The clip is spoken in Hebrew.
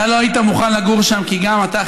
אתה לא היית מוכן לגור שם כי גם אתה,